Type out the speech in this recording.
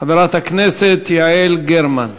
חברת הכנסת יעל גרמן.